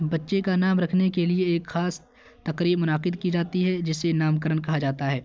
بچے کا نام رکھنے کے لیے ایک خاص تقریب منعقد کی جاتی ہے جسے نام کرن کہا جاتا ہے